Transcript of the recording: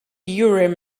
urim